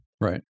Right